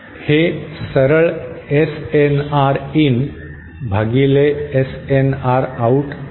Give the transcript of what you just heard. हे सरळ SNR in भागिले SNR आउट नाही